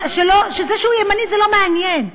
שזה שהוא ימני זה לא מעניין,